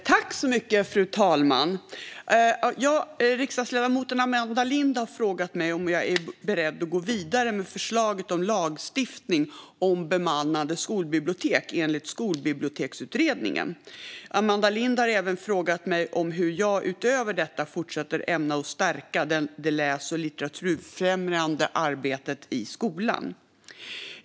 Fru talman! Riksdagsledamoten Amanda Lind har frågat mig om jag är beredd att gå vidare med förslaget om lagstiftning om bemannade skolbibliotek, enligt Skolbiblioteksutredningen. Amanda Lind har även frågat mig om hur jag, utöver detta, fortsatt ämnar stärka det läs och litteraturfrämjande arbetet i skolan.